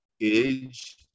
age